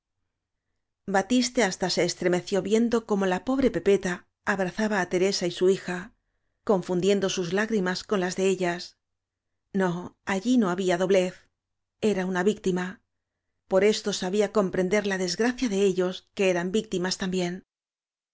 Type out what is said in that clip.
batiste hasta se extremeció viendo cómo la pobre pepeta abrazaba á teresa y su hija confundiendo sus lagrimas con las de ellas no allí no había doblez era una víctima por esto sabía comprender la desgracia de ellos que eran víctimas también